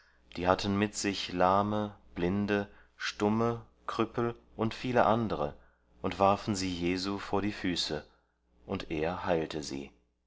die hatten mit sich lahme blinde stumme krüppel und viele andere und warfen sie jesu vor die füße und er heilte sie